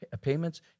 payments